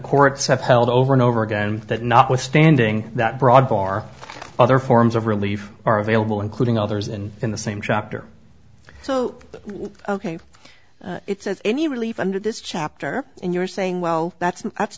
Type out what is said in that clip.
courts have held over and over again that notwithstanding that broad bar other forms of relief are available including others and in the same chapter so ok it says any relief under this chapter and you're saying well that's that's